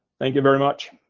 thank you very much.